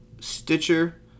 Stitcher